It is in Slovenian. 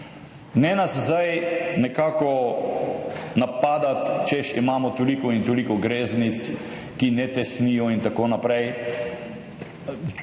Ne nas zdaj nekako napadati, češ imamo toliko in toliko greznic, ki ne tesnijo in tako naprej.